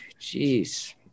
Jeez